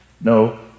No